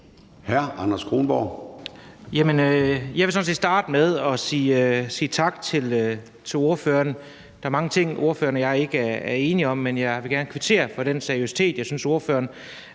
10:55 Anders Kronborg (S): Jeg vil sådan set starte med at sige tak til ordføreren. Der er mange ting, ordføreren og jeg ikke er enige om, men jeg vil gerne kvittere for den seriøsitet, jeg synes ordføreren